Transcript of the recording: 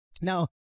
Now